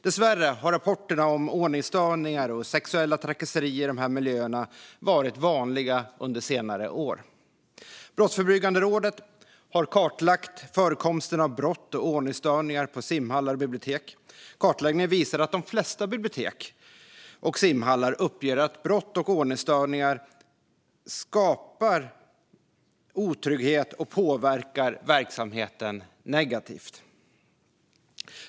Dessvärre har rapporterna om ordningsstörningar och sexuella trakasserier i dessa miljöer varit vanliga under senare år. Brottsförebyggande rådet har kartlagt förekomsten av brott och ordningsstörningar på simhallar och bibliotek. Kartläggningen visar att de flesta bibliotek och simhallar uppger att brott och ordningsstörningar skapar otrygghet och påverkar verksamheten negativt.